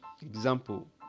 Example